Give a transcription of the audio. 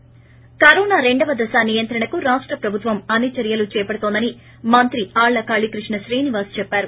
ి కరోనా రెండవ దశ నియంత్రణకు రాష్ట ప్రభుత్వం అన్ని చర్యలు చేపడుతోందని మంత్రి ఆళ్ళ కాళీకృష్ణ శ్రీనివాస్ చెప్పారు